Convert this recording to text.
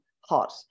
hot